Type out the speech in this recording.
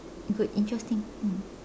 good interesting mm